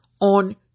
on